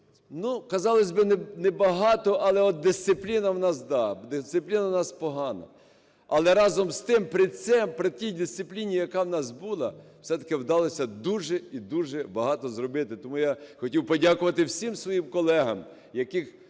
Хоч казалось би не багато, але от дисципліна у нас да, дисципліна у нас погана. Але, разом з тим, при тій дисципліні, яка у нас була, все-таки вдалося дуже і дуже багато зробити. Тому я хотів подякувати всім своїм колегам, з якими